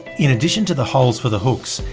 in addition to the holes for the hooks,